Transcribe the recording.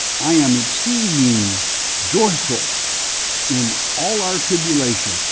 i am exceeding joyful in all our tribulation.